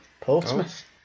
Portsmouth